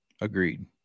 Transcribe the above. Agreed